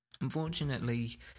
unfortunately